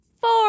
four